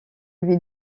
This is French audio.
lui